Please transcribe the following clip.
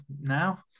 now